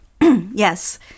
Yes